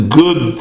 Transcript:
good